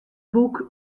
boek